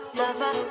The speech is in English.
lover